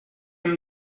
hem